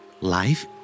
Life